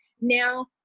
now